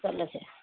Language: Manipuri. ꯆꯠꯂꯁꯦ